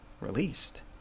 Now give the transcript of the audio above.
released